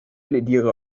plädiere